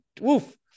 woof